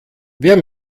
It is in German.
wer